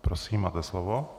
Prosím, máte slovo.